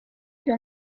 più